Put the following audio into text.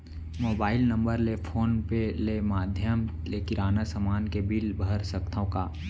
Mobile number ले phone पे ले माधयम ले किराना समान के बिल भर सकथव का?